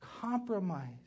compromise